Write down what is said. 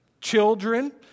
children